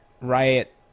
Riot